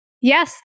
yes